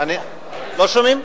שומעים?